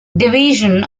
division